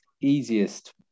easiest